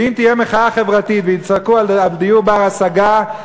ואם תהיה מחאה חברתית ויצעקו על דיור בר-השגה,